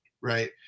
right